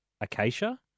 Acacia